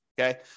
Okay